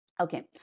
Okay